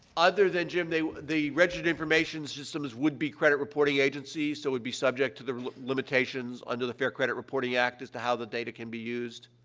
other than jim, the the registered information systems would be credit reporting agencies, so it would be subject to the limitations under the fair credit reporting act as to how the data can be used.